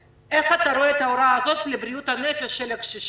איך אתה רואה את ההוראה הזאת והשפעתה על בריאות הנפש של הקשישים,